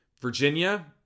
Virginia